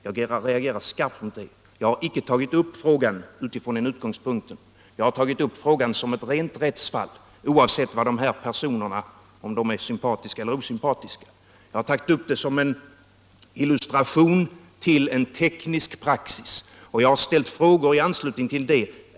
Jag reagerar skarpt mot det. Jag har icke tagit upp frågan från den utgångspunkten utan sett den som ett rent rättsfall, oavsett om personerna i fråga är sympatiska eller osympatiska. Jag har tagit upp detta som en illustration till en teknisk praxis och ställt frågor i anslutning till det.